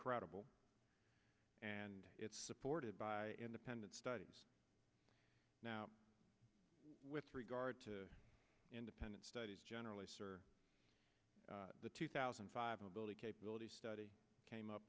credible and it's supported by independent studies now with regard to independent studies generally sir the two thousand and five ability capability study came up